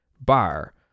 bar